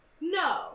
No